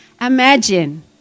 imagine